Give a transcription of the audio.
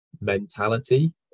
mentality